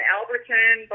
Alberton